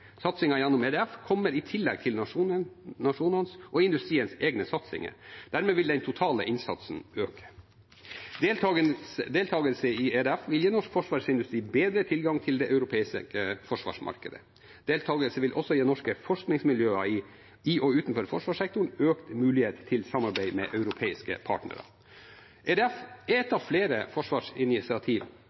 gjennom EDF kommer i tillegg til nasjonenes og industriens egne satsinger. Dermed vil den totale innsatsen øke. Deltakelse i EDF vil gi norsk forsvarsindustri bedre tilgang til det europeiske forsvarsmarkedet. Deltakelse vil også gi norske forskningsmiljøer i og utenfor forsvarssektoren økt mulighet til samarbeid med europeiske partnere. EDF er ett av flere forsvarsinitiativ